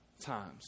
times